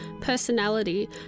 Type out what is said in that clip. personality